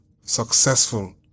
successful